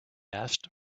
asked